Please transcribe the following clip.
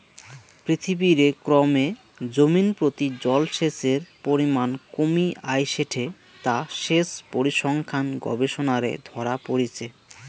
পৃথিবীরে ক্রমে জমিনপ্রতি জলসেচের পরিমান কমি আইসেঠে তা সেচ পরিসংখ্যান গবেষণারে ধরা পড়িচে